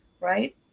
right